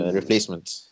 replacements